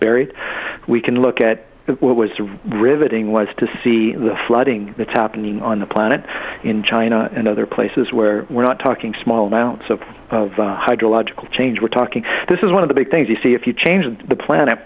buried we can look at what was riveting was to see the flooding that's happening on the planet in china and other places where we're not talking small amounts of hydrological change we're talking this is one of the big things you see if you change the planet